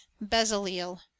bezaleel